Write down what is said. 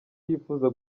yifuza